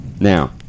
Now